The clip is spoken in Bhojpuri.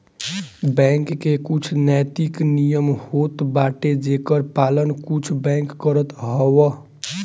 बैंक के कुछ नैतिक नियम होत बाटे जेकर पालन कुछ बैंक करत हवअ